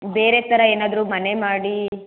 ಬೇರೆ ಥರ ಏನಾದ್ರೂ ಮನೆ ಮಾಡಿ